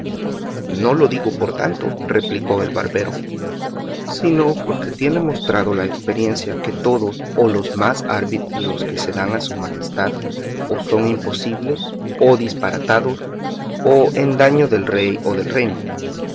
no lo digo por tanto replicó el barbero sino porque tiene mostrado la esperiencia que todos o los más arbitrios que se dan a su majestad o son imposibles o disparatados o en daño del rey o del reino